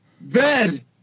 bed